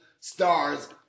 Stars